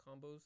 combos